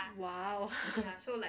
!wow!